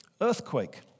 earthquake